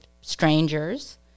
strangers